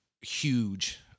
huge